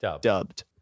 dubbed